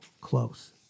close